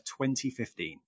2015